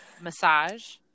massage